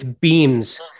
beams